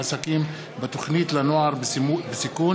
ירידה במספר המורים המועסקים בתוכנית לנוער בסיכון.